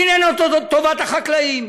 עניינה אותו טובת החקלאים,